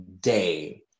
day